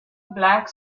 black